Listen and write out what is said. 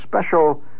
special